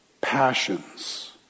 passions